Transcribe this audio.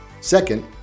Second